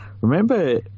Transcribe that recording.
remember